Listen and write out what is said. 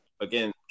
again